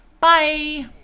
Bye